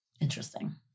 Interesting